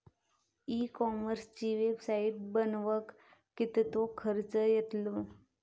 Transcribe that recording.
E कॉमर्सची website बनवक किततो खर्च येतलो?